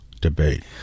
debate